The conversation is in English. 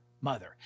mother